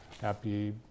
Happy